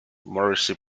morrissey